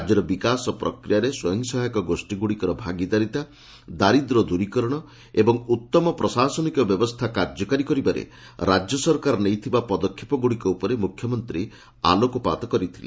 ରାକ୍ୟର ବିକାଶ ପ୍ରକ୍ରିୟାରେ ସ୍ୱୟଂସହାୟକ ଗୋଷୀଗୁଡ଼ିକର ଭାଗିଦାରିତା ଦାରିଦ୍ର୍ୟ ଦୂରୀକରଣ ଏବଂ ଉଉମ ପ୍ରଶାସନିକ ବ୍ୟବସ୍ରା କାର୍ଯ୍ୟକାରୀ କରିବାରେ ରାଜ୍ୟ ସରକାର ନେଇଥିବା ପଦକ୍ଷେପଗୁଡ଼ିକ ଉପରେ ମୁଖ୍ୟମନ୍ତୀ ଆଲୋକପାତ କରିଥିଲେ